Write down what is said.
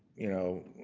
you know,